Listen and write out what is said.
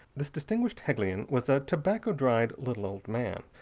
this distinguished hegelian was a tobacco-dried little old man,